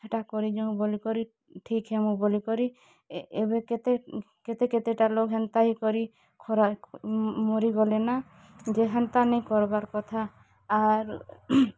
ହେଟା କରିଯଉଁ ବୋଲିକରି ଠିକ୍ ହେମୁ ବୋଲିକରି ଏବେ କେତେ କେତେ କେତେଟା ଲୋକ ହେନ୍ତା ହି କରି ଖରାପ୍ ମରିଗଲେନା ଯେ ହେନ୍ତା ନାଇଁ କର୍ବା କଥା ଆର୍